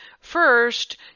first